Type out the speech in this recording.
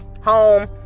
home